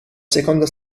seconda